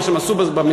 או מה שהם עשו במסעדה,